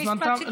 משפט סיכום.